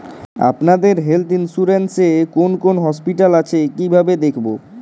আপনাদের health insurance এ কোন কোন হসপিটাল আছে কিভাবে দেখবো?